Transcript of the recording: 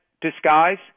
disguise